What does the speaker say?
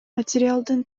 материалдын